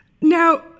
Now